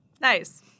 Nice